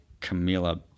Camila